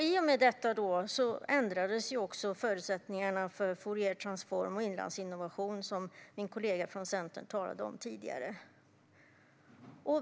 I och med detta ändrades också förutsättningarna för Fouriertransform och Inlandsinnovation, som en kollega från Centerpartiet talade om tidigare.